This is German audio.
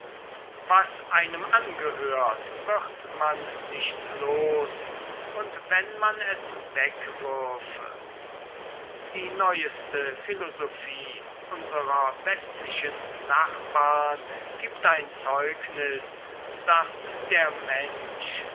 was einem angehört wird man nicht los und wenn man es wegwürfe die neueste philosophie unserer westlichen nachbarn gibt ein zeugnis daß der mensch